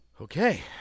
Okay